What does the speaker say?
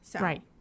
Right